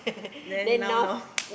then now north